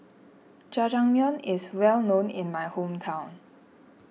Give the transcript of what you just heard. Jajangmyeon is well known in my hometown